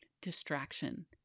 Distraction